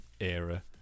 era